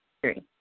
three